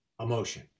emotion